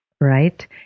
right